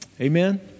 Amen